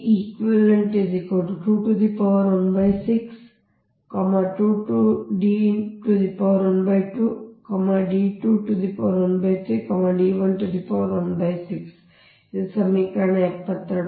ಇಲ್ಲಿ ಇದು ಸಮೀಕರಣ 72